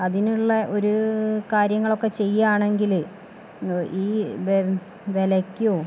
അതിനുള്ള ഒരു കാര്യങ്ങളൊക്കെ ചെയ്യുകയാണെങ്കില് ഈ വെ വിലക്കോ